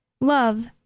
Love